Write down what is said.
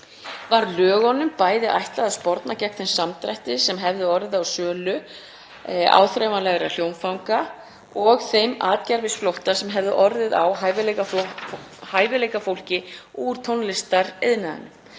Var lögunum bæði ætlað að sporna gegn þeim samdrætti sem hefði orðið á sölu áþreifanlegra hljóðfanga og þeim atgervisflótta sem hefði orðið á hæfileikafólki úr tónlistariðnaðinum.